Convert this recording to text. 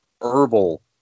herbal